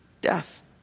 death